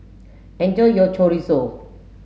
enjoy your chorizo